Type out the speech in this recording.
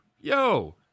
Yo